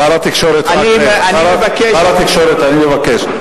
שר התקשורת, אני מבקש.